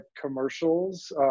commercials